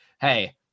hey